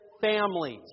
families